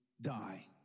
die